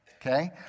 okay